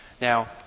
Now